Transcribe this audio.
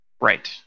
Right